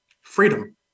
Freedom